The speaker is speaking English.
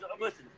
listen